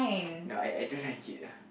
no I I don't like it lah